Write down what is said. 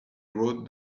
wrote